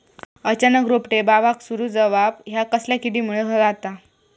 अचानक रोपटे बावाक सुरू जवाप हया कसल्या किडीमुळे जाता?